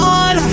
on